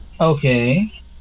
Okay